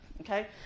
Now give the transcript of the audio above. Okay